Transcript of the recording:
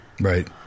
Right